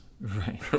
Right